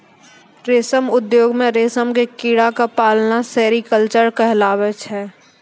रेशम उद्योग मॅ रेशम के कीड़ा क पालना सेरीकल्चर कहलाबै छै